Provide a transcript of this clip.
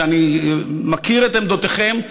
שאני מכיר את עמדותיכם,